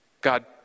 God